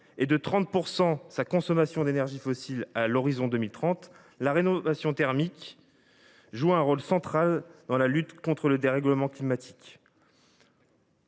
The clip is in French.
et de 30 % sa consommation d’énergie fossile à l’horizon de 2030, la rénovation thermique joue un rôle central dans la lutte contre le dérèglement climatique.